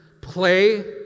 Play